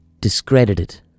discredited